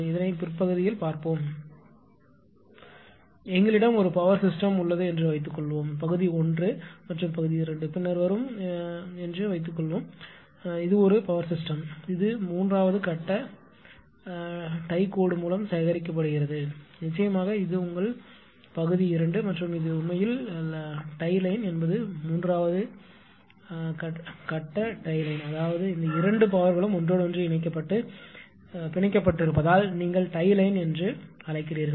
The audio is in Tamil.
இதனை பிற்பகுதியில் பார்ப்போம் எங்களிடம் ஒரு பவர் சிஸ்டம் உள்ளது என்று வைத்துக்கொள்வோம் பகுதி 1 மற்றும் பகுதி 2 பின்னர் வரும் என்று வைத்துக்கொள்வோம் இது ஒரு பவர் சிஸ்டம் இது 3 வது கட்ட டை கோடு மூலம் சேகரிக்கப்படுகிறது நிச்சயமாக இது உங்கள் பகுதி 2 மற்றும் இது உண்மையில் டை லைன் என்பது 3 வது கட்ட டை லைன் அதாவது இந்த இரண்டு பவர்களும் ஒன்றோடொன்று இணைக்கப்பட்டு பிணைக்கப்பட்டிருப்பதால் நீங்கள் டை லைன் என்று அழைக்கிறோம்